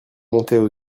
montaient